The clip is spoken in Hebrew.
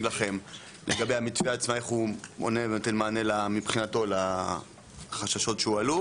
לכם לגבי המתווה איך הוא עונה ונותן מענה מבחינתו לחששות שהועלו